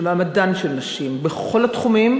של מעמדן של נשים בכל התחומים,